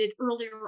earlier